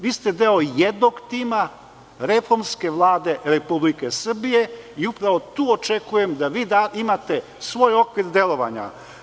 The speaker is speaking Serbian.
Vi ste deo jednog tima, reformske Vlade Republike Srbije i upravo tu očekujem da vi imate svoj okvir delovanja.